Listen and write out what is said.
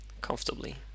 comfortably